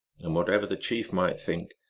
and, whatever the chief might think,